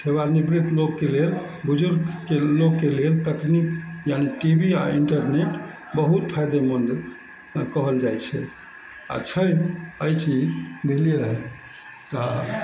सेवा निवृत लोकके लेल बुजुर्गके लोकके लेल तकनीक यानि टी वी आओर इंटरनेट बहुत फायदेमन्द कहल जाइ छै आओर छै अइ चीज बुझलियै तऽ